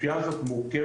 הפשיעה הזאת מורכבת,